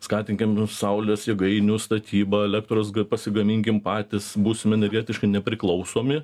skatinkim saulės jėgainių statybą elektros pasigaminkim patys būsim energetiškai nepriklausomi